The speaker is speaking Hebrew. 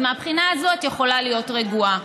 אז מהבחינה הזאת את יכולה להיות רגועה.